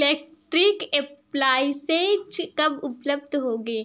electric appliances कब उपलब्ध होंगे